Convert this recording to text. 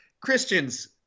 Christians